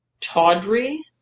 tawdry